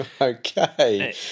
Okay